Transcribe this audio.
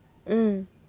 mm